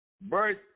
birth